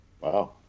Wow